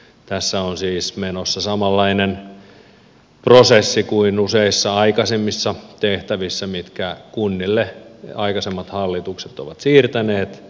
tässä on siis menossa samanlainen prosessi kuin useissa aikaisemmissa tehtävissä mitkä kunnille aikaisemmat hallitukset ovat siirtäneet